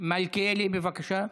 מלכיאלי, בבקשה.